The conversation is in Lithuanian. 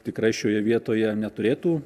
tikrai šioje vietoje neturėtų